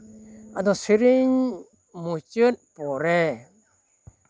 ᱟᱫᱚ ᱥᱮᱨᱮᱧ ᱢᱩᱪᱟᱹᱫ ᱯᱚᱨᱮ